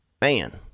man